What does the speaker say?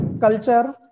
culture